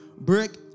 brick